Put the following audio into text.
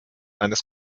eines